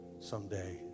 someday